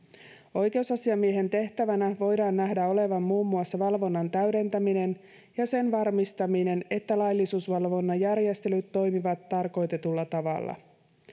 oikeusasiamiehen tehtävänä voidaan nähdä olevan muun muassa valvonnan täydentäminen ja sen varmistaminen että laillisuusvalvonnan järjestelyt toimivat tarkoitetulla tavalla